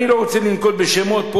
ואני לא רוצה לנקוב בשמות פה,